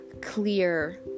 clear